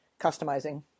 customizing